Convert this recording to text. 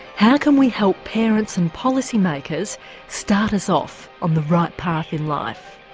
how can we help parents and policy makers start us off on the right path in life?